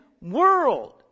world